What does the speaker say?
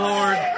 Lord